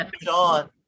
John